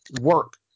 work